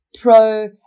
Pro